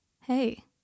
Hey